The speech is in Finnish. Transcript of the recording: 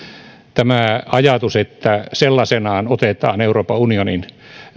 tämä ajatus että sellaisenaan otetaan euroopan unionin